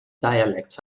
dialects